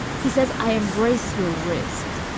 he says. i embrace your wrist.